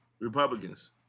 Republicans